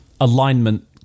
alignment